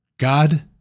God